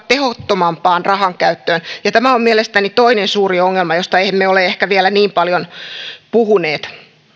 tehottomampaan rahankäyttöön tämä on mielestäni toinen suuri ongelma josta emme ole ehkä vielä niin paljon puhuneet